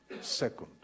second